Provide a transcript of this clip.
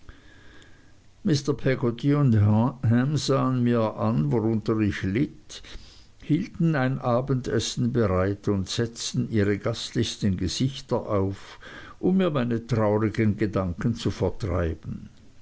sahen mir an worunter ich litt hielten ein abendessen bereit und setzten ihre gastlichsten gesichter auf um mir meine traurigen gedanken zu vertreiben